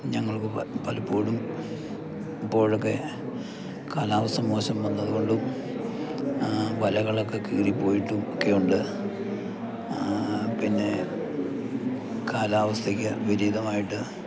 ഞങ്ങൾക്ക് പലപ്പോഴും അപ്പോഴൊക്കെ കാലാവസ്ഥ മോശം വന്നതുകൊണ്ടും വലകളൊക്കെ കീറിപ്പോയിട്ടും ഒക്കെയുണ്ട് പിന്നെ കാലാവസ്ഥയ്ക്ക് വിപരീതമായിട്ട്